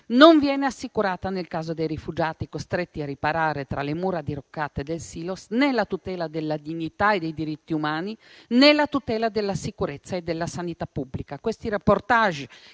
Non vengono assicurate nel caso dei rifugiati, costretti a riparare tra le mura diroccate del Silos, né la tutela della dignità e dei diritti umani, né la tutela della sicurezza e della sanità pubblica.